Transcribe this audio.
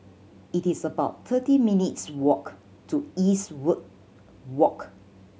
it is about thirty minutes' walk to Eastwood Walk